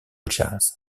jazz